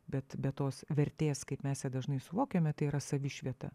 bet be tos vertės kaip mes dažnai suvokiame tai yra savišvieta